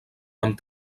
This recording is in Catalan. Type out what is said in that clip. amb